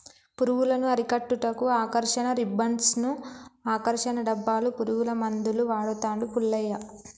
పురుగులను అరికట్టుటకు ఆకర్షణ రిబ్బన్డ్స్ను, ఆకర్షణ డబ్బాలు, పురుగుల మందులు వాడుతాండు పుల్లయ్య